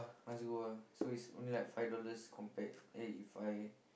must go ah so it's only like five dollars compared eh if I